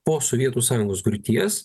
po sovietų sąjungos griūties